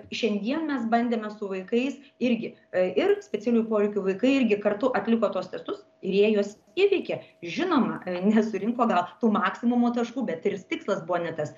šiandien mes bandėme su vaikais irgi ir specialiųjų poreikių vaikai irgi kartu atliko tuos testus ir jie juos įveikė žinoma nesurinko gal tų maksimumo taškų bet ir tikslas buvo ne tas